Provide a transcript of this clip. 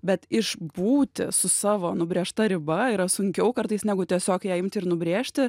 bet išbūti su savo nubrėžta riba yra sunkiau kartais negu tiesiog ją imti ir nubrėžti